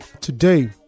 today